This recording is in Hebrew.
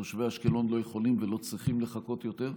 ותושבי אשקלון לא יכולים ולא צריכים לחכות יותר,